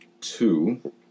two